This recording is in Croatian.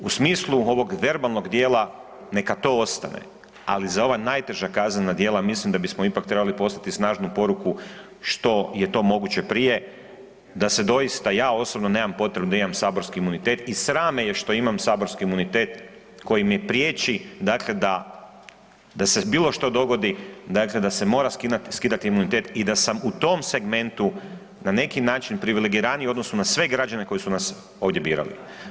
U smislu ovog verbalnog dijela neka to ostane, ali za ova najteža kaznena dijela mislim da bismo ipak trebali poslati snažnu poruku što je to moguće prije da se doista, ja osobno nemam potrebu da imam saborski imunitet i sram me je što imam saborski imunitet koji mi priječi, dakle da, da se bilo što dogodi, dakle da se mora skidati imunitet i da sam u tom segmentu na neki način privilegiraniji u odnosu na sve građane koji su nas ovdje birali.